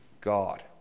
God